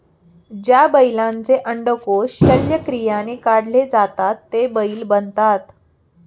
ज्या बैलांचे अंडकोष शल्यक्रियाने काढले जातात ते बैल बनतात